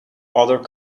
other